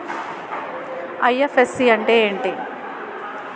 IFSC అంటే ఏమిటి?